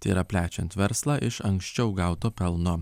tai yra plečiant verslą iš anksčiau gauto pelno